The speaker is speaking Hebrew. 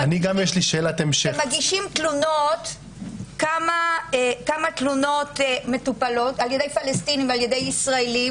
כשמגישים תלונות כמה תלונות מטופלות על ידי פלסטינים ועל ידי ישראלים,